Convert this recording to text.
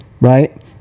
Right